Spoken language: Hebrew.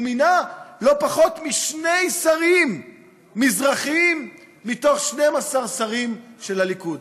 הוא מינה לא פחות משני שרים מזרחיים מתוך 12 שרים של הליכוד.